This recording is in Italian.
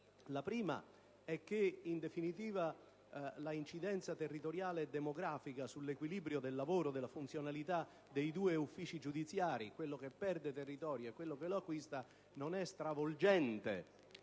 due ragioni. Innanzitutto, l'incidenza territoriale e demografica sull'equilibrio del lavoro e della funzionalità dei due uffici giudiziari (quello che perde territorio e quello che lo acquista) non è stravolgente